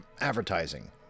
advertising